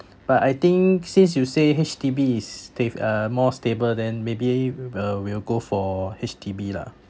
but I think since you say H_D_B is sta~ uh more stable then maybe will will go for H_D_B lah